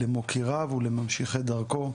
למוקיריו ולממשיכי דרכו,